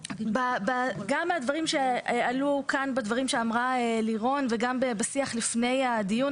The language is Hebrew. גם הדברים שעלו כאן בדברים שאמרה לירון וגם בשיח לפני הדיון,